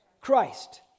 Christ